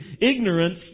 ignorance